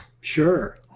Sure